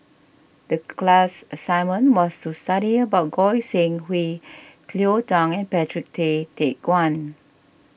the class assignment was to study about Goi Seng Hui Cleo Thang and Patrick Tay Teck Guan